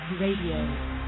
Radio